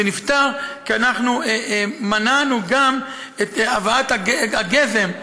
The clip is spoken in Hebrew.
זה נפתר גם כי אנחנו מנענו גם את הבאת הגזם.